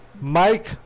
Mike